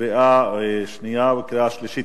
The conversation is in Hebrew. קריאה שנייה וקריאה שלישית.